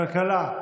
כלכלה.